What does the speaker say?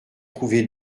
trouvé